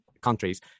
countries